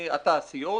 התעשיות,